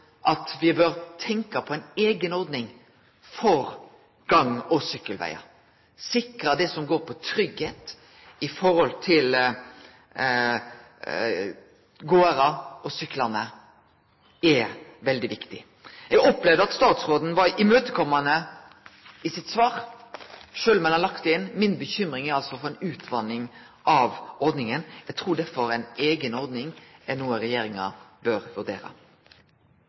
at me bør tenkje på ei eiga ordning for gang- og sykkelvegar. Å sikre tryggleik for gåande og syklande er veldig viktig. Eg opplevde at statsråden var imøtekomande i sitt svar, sjølv om ein har lagt det inn. Mi bekymring er altså at ein får ei utvatning av ordninga. Eg trur derfor ei eiga ordning er noko regjeringa bør